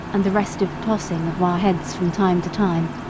and the restive tossing of our heads from time to time,